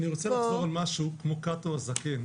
אני רוצה לחזור על משהו כמו קאטו הזקן